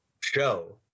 show